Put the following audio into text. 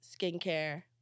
skincare